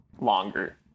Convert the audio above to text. longer